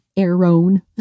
Aaron